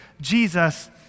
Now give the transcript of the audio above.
Jesus